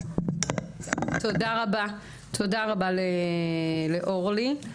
תודה רבה לאורלי.